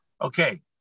Okay